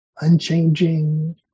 unchanging